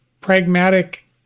pragmatic